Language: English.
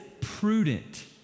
prudent